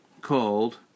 called